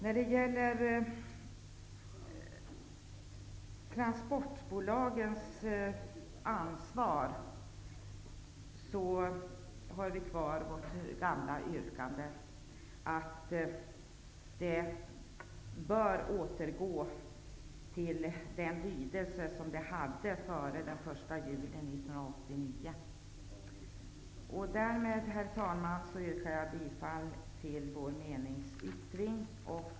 När det gäller transportbolagens ansvar har vi kvar vårt gamla yrkande, dvs. att bestämmelsen i det fallet bör återgå till den lydelse den hade före den 1 Därmed, herr talman, yrkar jag bifall till vår meningsyttring.